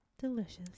Delicious